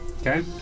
Okay